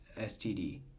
STD